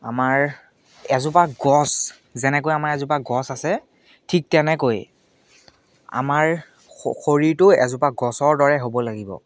আমাৰ এজোপা গছ যেনেকৈ আমাৰ এজোপা গছ আছে ঠিক তেনেকৈ আমাৰ শৰীৰটো এজোপা গছৰ দৰে হ'ব লাগিব